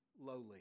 lowly